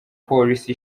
polisi